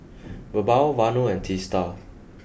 Birbal Vanu and Teesta